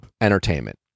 entertainment